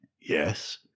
Yes